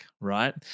right